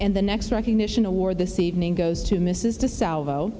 and the next recognition award this evening goes to mrs de salvo